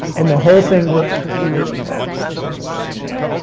and the whole thing works for three d as well. for surfaces, right.